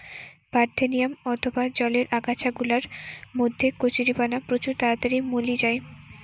parthenium অথবা জলের আগাছা গুলার মধ্যে কচুরিপানা প্রচুর তাড়াতাড়ি মেলি যায়